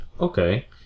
Okay